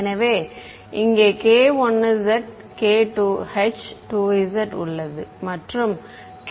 எனவே இங்கே k1z h2z உள்ளது மற்றும் k2z h1z உள்ளது